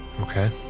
Okay